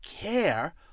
care